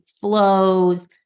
flows